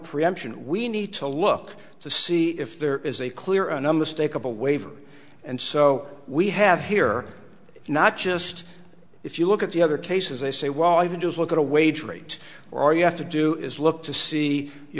preemption we need to look to see if there is a clear and unmistakable waiver and so we have here not just if you look at the other cases they say well you just look at a wage rate or you have to do is look to see you